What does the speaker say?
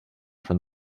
from